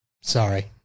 sorry